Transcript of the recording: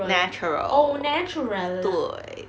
natural 对